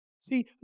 See